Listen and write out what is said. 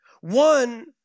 One